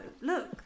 Look